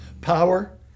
Power